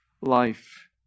life